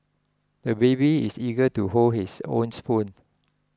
the baby is eager to hold his own spoon